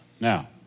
Now